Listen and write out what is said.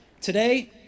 Today